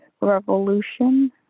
Revolution